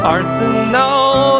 Arsenal